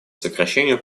сокращению